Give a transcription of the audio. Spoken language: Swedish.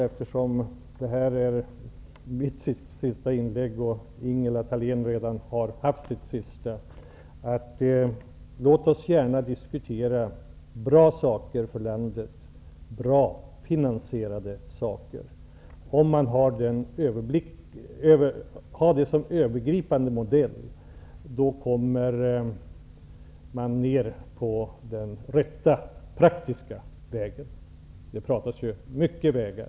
Eftersom det här är mitt sista inlägg och Ingela Thalén redan har gjort sitt sista inlägg vill jag avsluta med att säga: Låt oss gärna diskutera bra, finansierade saker för landet! Om man har det som övergripande modell kommer man ned på den rätta praktiska vägen -- det pratas ju mycket vägar!